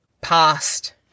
past